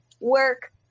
work